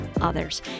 others